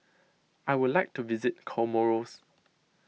I would like to visit Comoros